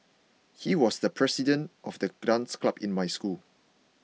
he was the president of the dance club in my school